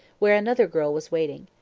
where another girl was waiting.